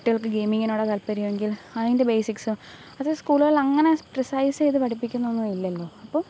കുട്ടികൾക്ക് ഗേമിങ്ങിനോടാണ് താല്പര്യമെങ്കിൽ അതിൻ്റെ ബേസിക്സും അത് സ്കൂളുകളിൽ അങ്ങനെ പ്രീസൈസ് ചെയ്ത് പഠിപ്പിക്കുന്നൊന്നുമില്ലല്ലോ ഇപ്പോള്